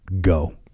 go